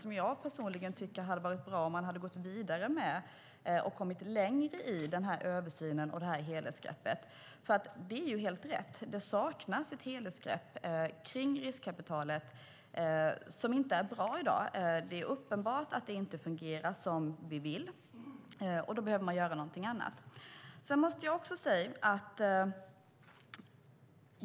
Personligen tycker jag att det hade varit bra om man hade gått vidare med och kommit längre i denna översyn och detta helhetsgrepp. Det är ju helt rätt att det saknas ett helhetsgrepp kring riskkapitalet i dag, vilket inte är bra. Det är uppenbart att det inte fungerar som vi vill, och då behöver man göra något annat.